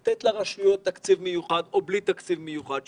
יש לתת לרשויות תקציב מיוחד או בלי תקציב מיוחד,